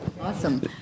Awesome